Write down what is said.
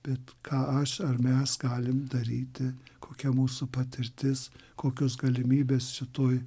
bet ką aš ar mes galim daryti kokia mūsų patirtis kokios galimybės šitoj